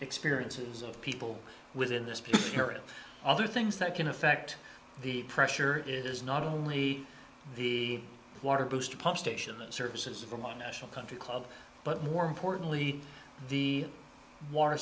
experiences of people within this area other things that can affect the pressure is not only the water booster pump station that services for my national country club but more importantly the water